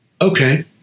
Okay